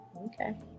Okay